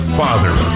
father